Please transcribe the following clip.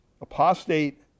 Apostate